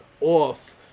off